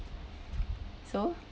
so